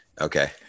Okay